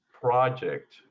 project